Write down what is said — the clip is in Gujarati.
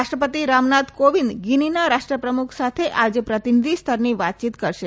રાષ્ટ્રપતિ રામનાથ કોવિંદ ગીનીના રાષ્ટ્રપ્રમુખ સાથે આજે પ્રતિનિધિ સ્તરની વાતયીત કરશે